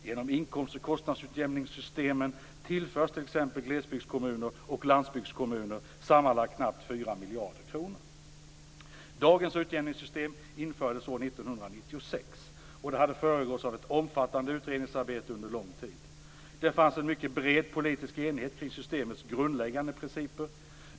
Genom inkomst och kostnadsutjämningssystemen tillförs t.ex. glesbygdskommuner och landsbygdskommuner sammanlagt knappt 4 miljarder kronor. Dagens utjämningssystem infördes år 1996, och det hade föregåtts av ett omfattande utredningsarbete under lång tid. Det fanns en mycket bred politisk enighet kring systemets grundläggande principer.